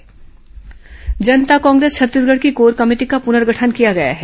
जकांछ बैठक जनता कांग्रेस छत्तीसगढ़ की core committee का प्रनर्गठन किया गया है